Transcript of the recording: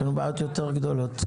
יש לנו בעיות יותר גדולות.